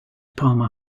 parma